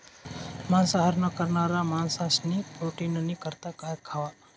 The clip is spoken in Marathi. मांसाहार न करणारा माणशेस्नी प्रोटीननी करता काय खावा